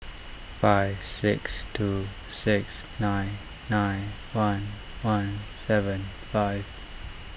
five six two six nine nine one one seven five